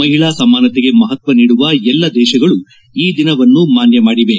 ಮಹಿಳಾ ಸಮಾನತೆಗೆ ಮಹತ್ವ ನೀಡುವ ಎಲ್ಲ ದೇಶಗಳೂ ಈ ದಿನವನ್ನು ಮಾನ್ಯ ಮಾಡಿವೆ